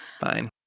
Fine